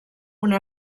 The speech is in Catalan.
una